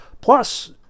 plus